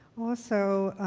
also,